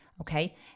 okay